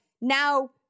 now